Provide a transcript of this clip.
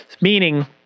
meaning